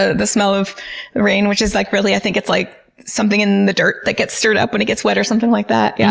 ah the smell of rain, which is like really, i think it's like something in the dirt that gets stirred up when it gets wet or something like that, yeah